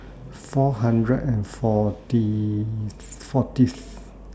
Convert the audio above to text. four hundred and forty fortieth